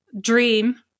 dream